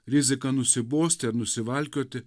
rizika nusibosti ar nusivalkioti